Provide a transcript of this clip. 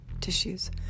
tissues